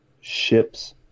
ships